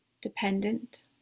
dependent